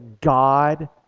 God